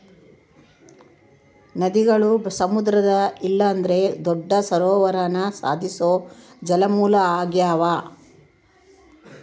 ನದಿಗುಳು ಸಮುದ್ರ ಇಲ್ಲಂದ್ರ ದೊಡ್ಡ ಸರೋವರಾನ ಸಂಧಿಸೋ ಜಲಮೂಲ ಆಗ್ಯಾವ